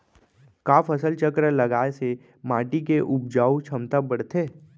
का फसल चक्र लगाय से माटी के उपजाऊ क्षमता बढ़थे?